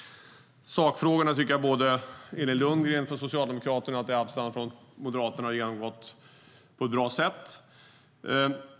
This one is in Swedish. Sakfrågorna tycker jag att både Elin Lundgren, Socialdemokraterna, och Anti Avsan, Moderaterna, har gått igenom på ett bra sätt.